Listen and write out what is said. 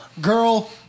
Girl